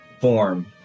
form